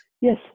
Yes